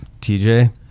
TJ